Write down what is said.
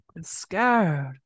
scared